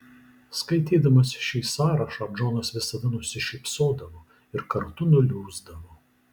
skaitydamas šį sąrašą džonas visada nusišypsodavo ir kartu nuliūsdavo